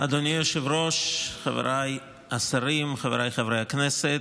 אדוני היושב-ראש, חבריי השרים, חבריי חברי הכנסת,